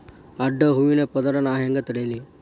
ಅಡ್ಡ ಹೂವಿನ ಪದರ್ ನಾ ಹೆಂಗ್ ತಡಿಲಿ?